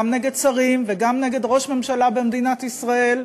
גם נגד שרים וגם נגד ראש ממשלה במדינת ישראל,